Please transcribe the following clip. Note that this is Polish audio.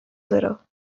zero